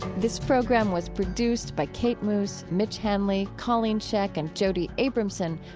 this program was produced by kate moos, mitch hanley, colleen scheck and jody abramson,